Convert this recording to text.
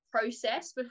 process